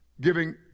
giving